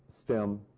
stem